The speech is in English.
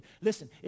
Listen